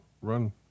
run